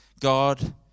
God